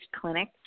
clinic